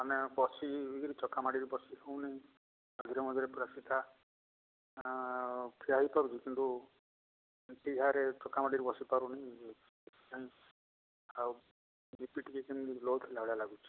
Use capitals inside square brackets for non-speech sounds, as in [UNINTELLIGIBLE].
ଆମେ ବସିକିରି ଚକାମାଡ଼ିକି ବସି ହେଉନି ମଝିରେ ମଝିରେ [UNINTELLIGIBLE] ଠିଆ ହୋଇପାରୁଛୁ କିନ୍ତୁ ଟିହାରେ ଚକା ମାଡ଼ିକି ବସି ପାରୁନି ସେଥିପାଇଁ ଆଉ ବି ପି ଟିକେ କେମିତି ଲୋ ଥିଲା ଭଳିଆ ଲାଗୁଛି